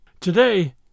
Today